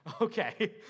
okay